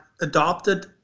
adopted